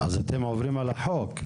אז אתם עוברים על החוק.